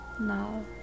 Now